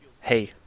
hey